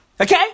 Okay